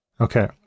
Okay